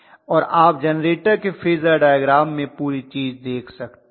और आप जनरेटर के फेजर डायग्राम में पूरी चीज देख सकते हैं